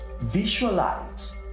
visualize